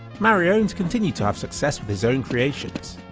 mariowned continued to have success with his own creations.